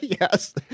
Yes